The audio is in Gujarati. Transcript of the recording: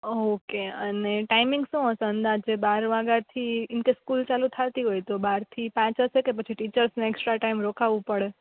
ઓકે અને ટાયમિંગ શું હશે અંદાજે બાર વાગાથી ઈન કેસ સ્કૂલ ચાલુ થાતી હોય તો બારથી પાંચ હશે કે ટીચર્સને એકસ્ટ્રા ટાઈમ રોકાવું પડે